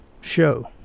show